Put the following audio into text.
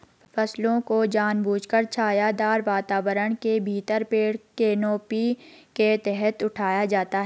फसलों को जानबूझकर छायादार वातावरण के भीतर पेड़ कैनोपी के तहत उठाया जाता है